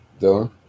Dylan